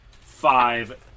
five